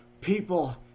people